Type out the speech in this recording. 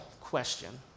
question